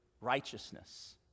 righteousness